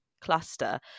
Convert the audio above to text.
cluster